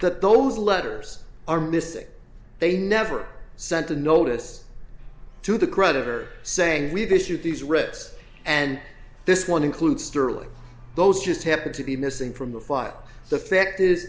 that those letters are missing they never sent a notice to the creditor saying we've issued these reds and this one includes sterling those just happened to be missing from the file the fact is